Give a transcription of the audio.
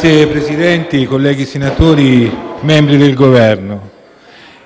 Signor Presidente, colleghi senatori, membri del Governo,